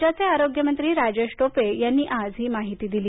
राज्याचे आरोग्य मंत्री राजेश टोपे यांनी आज ही माहिती दिली